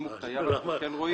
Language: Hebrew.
אם הוא תייר, אנחנו כן רואים.